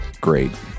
great